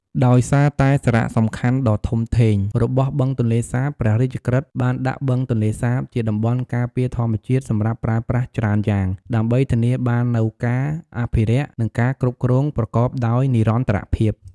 ដោយសារតែសារៈសំខាន់ដ៏ធំធេងរបស់បឹងទន្លេសាប ព្រះរាជក្រឹត្យបានដាក់បឹងទន្លេសាបជា តំបន់ការពារធម្មជាតិសម្រាប់ប្រើប្រាស់ច្រើនយ៉ាង ដើម្បីធានាបាននូវការអភិរក្ស និងការគ្រប់គ្រងប្រកបដោយនិរន្តរភាព។